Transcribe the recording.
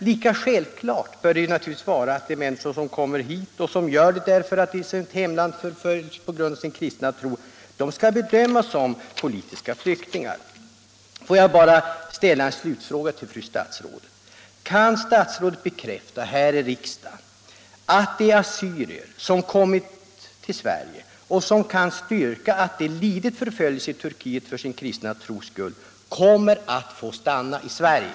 Lika självklart bör det naturligtvis vara att de människor som kommer hit därför att de i sitt hemland förföljs på grund av sin kristna tro skall bedömas som politiska flyktingar. Får jag bara ställa en slutfråga till fru statsrådet: Kan statsrådet bekräfta — här i riksdagen — att de assyrier som kommit till Sverige och som kan styrka att de lidit förföljelse i Turkiet för sin kristna tros skull kommer att få stanna i Sverige?